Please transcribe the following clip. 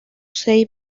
seis